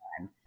time